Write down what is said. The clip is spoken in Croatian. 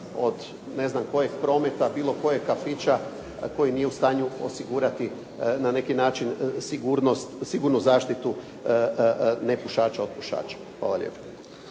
od ne znam kojeg prometa, bilo kojeg kafića koji nije u stanju osigurati na neki način sigurnu zaštitu nepušača od pušača. Hvala lijepo.